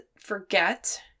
forget